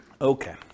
Okay